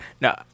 No